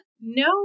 No